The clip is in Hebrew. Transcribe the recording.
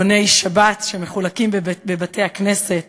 עלוני שבת שמחולקים בבתי-הכנסת,